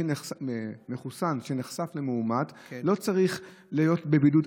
מחוסן שנחשף למאומת לא צריך להיות בבידוד,